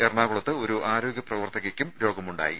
എറണാകുളത്ത് ഒരു ആരോഗ്യ പ്രവർത്തകയ്ക്കും രോഗമുണ്ടായി